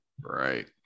Right